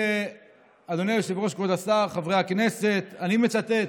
אדוני היושב-ראש, כבוד השר, חברי הכנסת, אני מצטט,